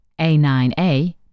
A9A